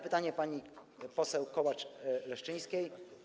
Pytanie pani poseł Kołacz-Leszczyńskiej.